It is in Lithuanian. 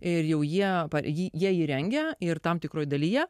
ir jau jie jį ją įrengę ir tam tikroje dalyje